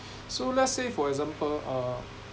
so let's say for example uh